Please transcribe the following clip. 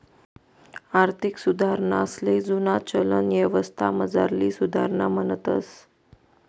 आर्थिक सुधारणासले जुना चलन यवस्थामझारली सुधारणा म्हणतंस